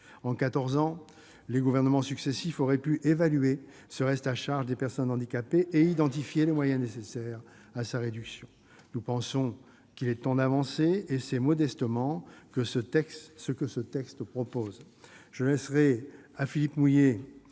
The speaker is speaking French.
ans, les gouvernements successifs auraient pu évaluer le reste à charge des personnes handicapées et identifier les moyens nécessaires à sa réduction. Nous pensons qu'il est temps d'avancer, et c'est, modestement, ce que ce texte propose. Je laisserai à Philippe Mouiller